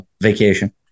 vacation